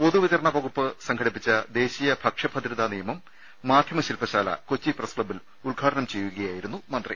പൊതുവിതരണ വകുപ്പ് സംഘടിപ്പിച്ച ദേശീയ ഭക്ഷ്യ ഭദ്രതാ നിയമം മാധ്യമ ശില്പശാല കൊച്ചി പ്രസ്ക്ലബ്ബിൽ ഉദ്ഘാടനം ചെയ്യുകയായിരുന്നു അദ്ദേഹം